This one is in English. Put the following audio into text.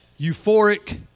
euphoric